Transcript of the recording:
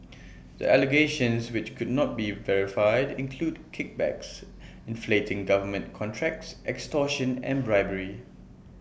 the allegations which could not be verified include kickbacks inflating government contracts extortion and bribery